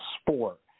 sport